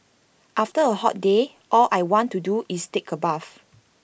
after A hot day all I want to do is take A bath